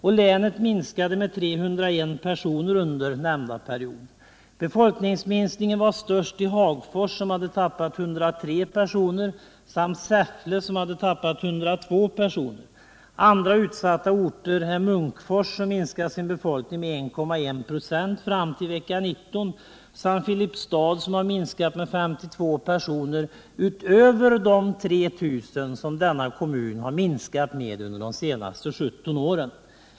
Länet minskade med 301 personer under nämnda period. Befolkningsminskningen var störst i Hagfors, som hade tappat 103 personer, samt Säffle, som hade tappat 102 personer. Andra utsatta orter är Munkfors, som minskat sin folkmängd med 1,1 ?å fram till vecka 19, samt Filipstad, där befolkningen har minskat med 52 personer utöver de 3 000 som denna kommun har minskat med under de senaste 17 åren.